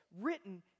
written